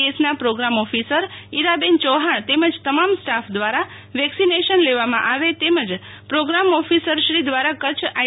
એસનાં programme officer Iraben Chauhan તેમજ તમામ staff દ્વારા વેક્સિનેશન લેવામાં આવે તેમજ પ્રોગ્રામ ઓફિસરશ્રી દ્વારા કચ્છ આઈ